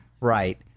right